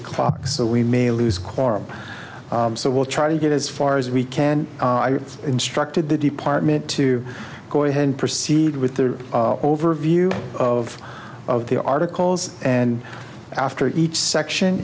o'clock so we may lose quorum so we'll try to get as far as we can instructed the department to go ahead and proceed with the overview of of the articles and after each section